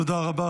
תודה רבה.